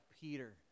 Peter